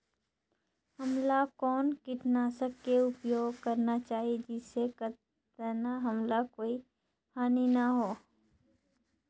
हमला कौन किटनाशक के उपयोग करन चाही जिसे कतना हमला कोई हानि न हो?